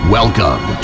Welcome